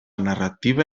narrativa